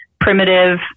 primitive